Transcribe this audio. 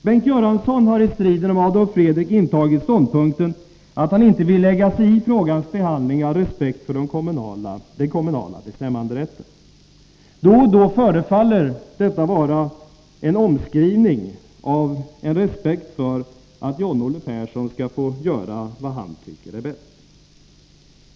Bengt Göransson har i striden om Adolf Fredrik intagit ståndpunkten att han inte vill lägga sig i frågans behandling av respekt för den kommunala bestämmanderätten. Detta förefaller vara en omskrivning av respekt för att John-Olle Persson skall få vad han tycker är bäst.